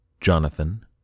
Jonathan